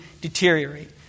deteriorate